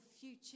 future